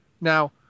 Now